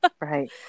right